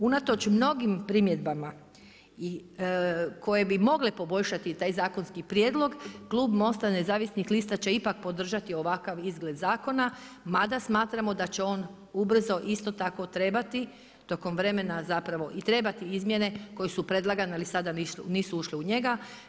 Unatoč mnogim primjedbama koje bi mogle poboljšati taj zakonski prijedlog klub MOST-a nezavisnih lista će ipak podržati ovakav izgled zakona mada smatramo da će on ubrzo isto tako trebati tokom vremena zapravo i trebati izmjene koje su predlagane ali sada nisu ušle u njega.